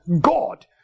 God